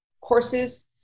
courses